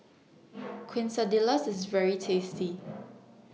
Quesadillas IS very tasty